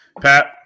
Pat